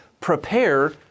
prepare